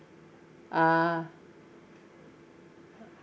ah